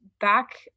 back